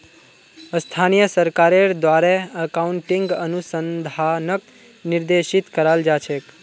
स्थानीय सरकारेर द्वारे अकाउन्टिंग अनुसंधानक निर्देशित कराल जा छेक